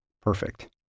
Perfect